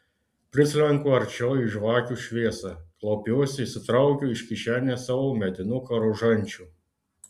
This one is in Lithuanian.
prislenku arčiau į žvakių šviesą klaupiuosi išsitraukiu iš kišenės savo medinuką rožančių